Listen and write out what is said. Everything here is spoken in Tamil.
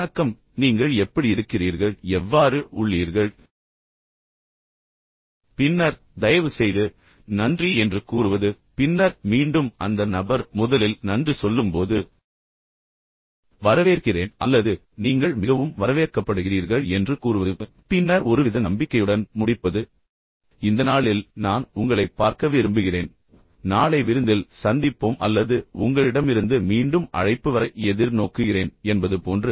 வணக்கம் நீங்கள் எப்படி இருக்கிறீர்கள் எவ்வாறு உள்ளீர்கள் பின்னர் தயவுசெய்து நன்றி என்று கூறுவது பின்னர் மீண்டும் அந்த நபர் முதலில் நன்றி சொல்லும்போது வரவேற்கிறேன் அல்லது நீங்கள் மிகவும் வரவேற்கப்படுகிறீர்கள் என்று கூறுவது பின்னர் ஒருவித நம்பிக்கையுடன் முடிப்பது இந்த நாளில் நான் உங்களைப் பார்க்க விரும்புகிறேன் நாளை விருந்தில் சந்திப்போம் அல்லது உங்களிடமிருந்து மீண்டும் அழைப்பு வர எதிர் நோக்குகிறேன் என்பது போன்று